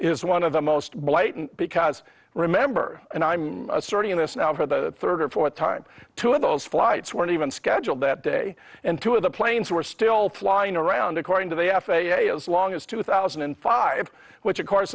is one of the most blatant because remember and i'm asserting this now for the third or fourth time two of those flights weren't even scheduled that day and two of the planes were still flying around according to the f a a as long as two thousand and five which of course